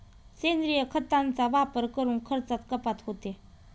सेंद्रिय खतांचा वापर करून खर्चात कपात होते